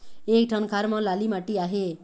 एक ठन खार म लाली माटी आहे?